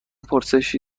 پرسشی